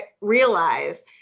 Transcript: realize